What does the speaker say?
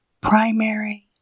Primary